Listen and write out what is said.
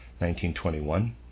1921